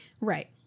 right